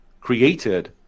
created